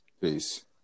Peace